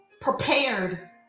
prepared